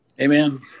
Amen